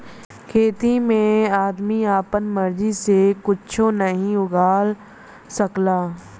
खेती में आदमी आपन मर्जी से कुच्छो नाहीं उगा सकला